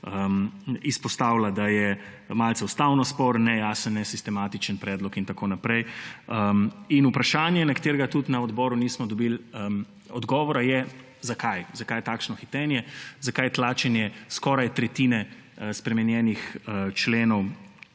izpostavila, da je malce ustavno sporen, nejasen, nesistematičen predlog in tako naprej. In vprašanje, na katerega tudi na odboru nismo dobili odgovora, je, zakaj takšno hitenje, zakaj tlačenje skoraj tretjine spremenjenih členov,